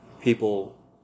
people